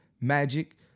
Magic